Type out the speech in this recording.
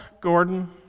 Gordon